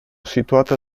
situata